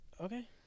Okay